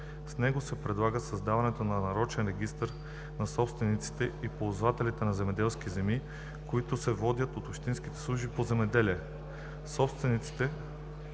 С него се предлага създаването на нарочен регистър на собствениците и ползвателите на земеделски земи, който да се води от общинските служби по земеделие.